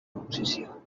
oposició